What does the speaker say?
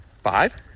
five